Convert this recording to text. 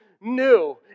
new